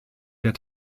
der